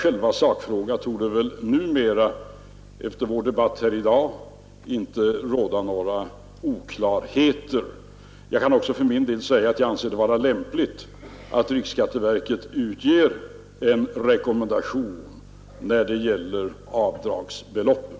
Jag kan tillägga att jag för min del anser det vara lämpligt att riksskatteverket utger en rekommendation beträffande avdragsbeloppen.